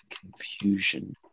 confusion